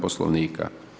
Poslovnika.